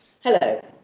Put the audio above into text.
Hello